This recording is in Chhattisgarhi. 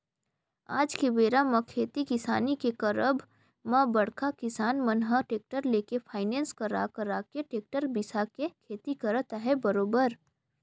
आज के बेरा म खेती किसानी के करब म बड़का किसान मन ह टेक्टर लेके फायनेंस करा करा के टेक्टर बिसा के खेती करत अहे बरोबर